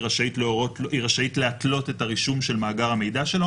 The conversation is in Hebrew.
רשאית להתלות את הרישום של מאגר המידע שלו,